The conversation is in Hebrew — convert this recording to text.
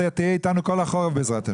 אתה תהיה איתנו כל החורף בעזרת ה'.